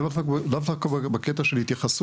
לאו דווקא בקטע של התייחסות,